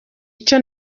icyo